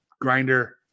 grinder